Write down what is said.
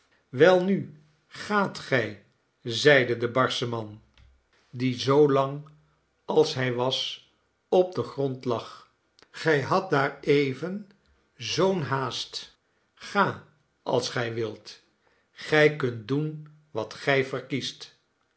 welnu gaat gij zeide de barsche man die zoo lang als hij was op den grond lag gij hadt daar even zoo'n haast a als gij wilt gij kunt doen wat gij verkiest